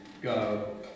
go